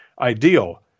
ideal